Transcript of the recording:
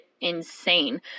insane